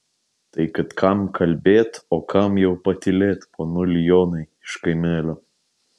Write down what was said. taip kad kam kalbėt o kam jau patylėt ponuli jonai iš kaimelio